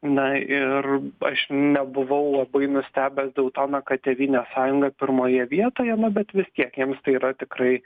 na ir aš nebuvau labai nustebęs dėl to na kad tėvynės sąjunga pirmoje vietoje nu bet vis tiek jiems tai yra tikrai